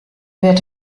wirt